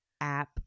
app